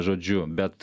žodžiu bet